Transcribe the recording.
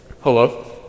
Hello